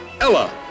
Ella